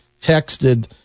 texted